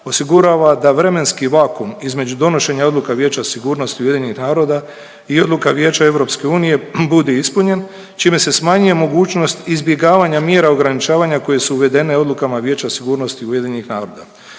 osigurava da vremenski vakum između donošenja Odluka Vijeća sigurnosti UN-a i Odluka Vijeća Europske unije bude ispunjen, čime se smanjuje mogućnost izbjegavanja mjera ograničavanja koje su uvedene odlukama Vijeća sigurnosti UN-a.